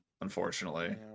Unfortunately